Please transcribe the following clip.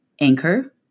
anchor